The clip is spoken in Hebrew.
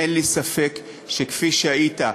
אין לי ספק שכפי שהיית,